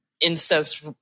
incest